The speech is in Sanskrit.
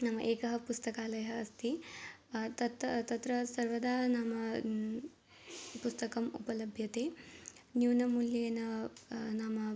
नाम एकः पुस्तकालयः अस्ति तत्त तत्र सर्वदा नाम पुस्तकम् उपलभ्यते न्यूनमूल्येन नाम